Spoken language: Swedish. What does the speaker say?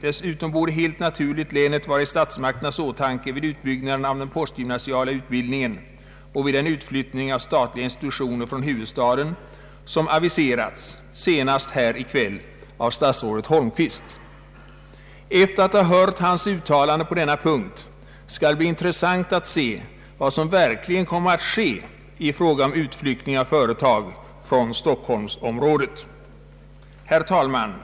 Dessutom borde helt naturligt länet vara i statsmakternas åtanke vid utbyggnaden av den postgymnasiala utbildningen och vid den utflyttning av statliga institutioner från huvudstaden som aviserats, senast här i kväll av statsrådet Holmqvist. Efter att ha hört hans uttalande på denna punkt skall det bli intressant att se vad som verkligen kommer att ske i fråga om utflyttning av företag från Stockholmsområdet. Herr talman!